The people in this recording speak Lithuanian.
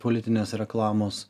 politinės reklamos